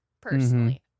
personally